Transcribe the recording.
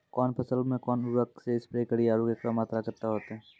कौन फसल मे कोन उर्वरक से स्प्रे करिये आरु एकरो मात्रा कत्ते होते?